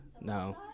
no